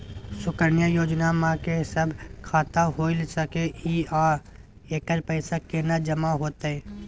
सुकन्या योजना म के सब खाता खोइल सके इ आ एकर पैसा केना जमा होतै?